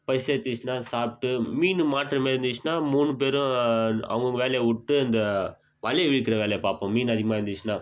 பசி எடுத்துச்சுன்னா சாப்பிட்டு மீன் மாட்டுற மாதிரி இருந்துச்சுன்னால் மூணு பேரும் அவங்கவுங்க வேலையை விட்டு இந்த வலையை இழுக்கிற வேலையை பார்ப்போம் மீன் அதிகமாக இருந்துச்சுன்னால்